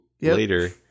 later